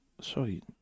Sorry